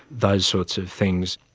those sorts of things.